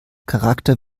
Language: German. charakter